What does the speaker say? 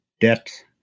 debt